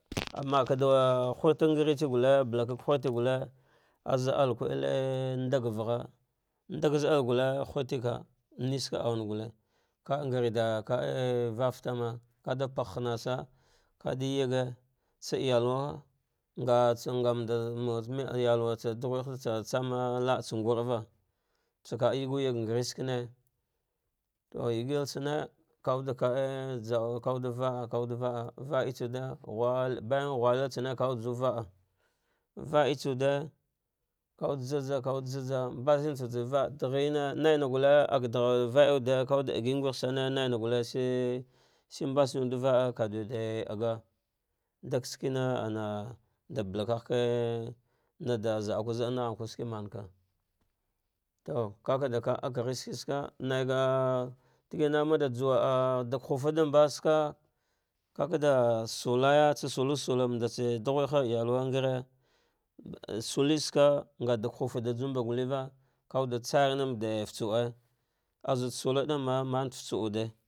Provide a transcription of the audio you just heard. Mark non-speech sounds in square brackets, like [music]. [noise] amaka da hurta ngare tse gukke balaka ka turte gukke, az alle k vaie nɗay vagha ndagze al gulte hurteva nisue awarn gute, van gene de kaa [hesitation] vavatana vda pargh hamansa ka a da ye gi isa iyalwa ngatsa ngamond murtsa iyalwatsa ɗughelehatsa tsama laa tse ny urva, tsaka yasu yag ngare sakane to ye gel tsane kawuale ka a jaau kawud kaa vaah kawudde vaah va e tsawude ghu bayana ghulitisane kawucle juwa vaa va etsa wucle va wu ete jasaka wucte jaja mbanitsawude vaa ɗahire nana gulte vaɗarghar va e wude, wawuche degi nghesence naina gule ses mbasanaiwude vaah veda wuate ɗagah ɗuk ske na ana ɗa bala vaghke naɗa za ah kwa zanɗan vaghan kwe ske manka to kavadaa deghe ske ska, naiga de gina mada juwa ah dag infa dambe ska kakade sulaya tsa sula da sula mandtsa dhighecte ha, ayalwa ng are sule saka, nga dah hufa dajuwmabe gu ueva kawucte tsai naf da futsu e azuɗ suldamma. [unintelligible]